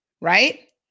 right